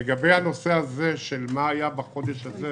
לגבי השאלה מה היה בחודש הזה